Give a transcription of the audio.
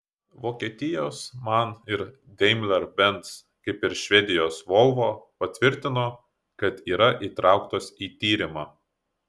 vokietijos man ir daimler benz kaip ir švedijos volvo patvirtino kad yra įtrauktos į tyrimą